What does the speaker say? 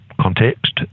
Context